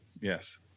Yes